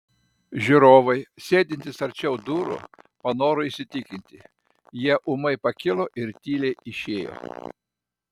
žiūrovai sėdintys arčiau durų panoro įsitikinti jie ūmai pakilo ir tyliai išėjo